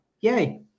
yay